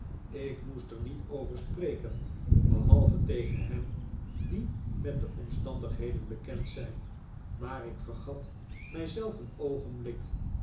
ik moest er niet over spreken behalve tegen hen die met de omstandigheden bekend zijn maar ik vergat mij zelf een oogenblik